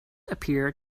appear